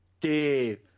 Dave